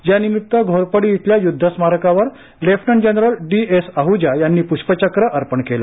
यानिमित्त घोरपडी इथल्या युद्ध स्मारकवर lieutenant general D S Ahuja यांनी पुष्पचक्र अर्पण केले